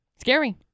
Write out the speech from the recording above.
Scary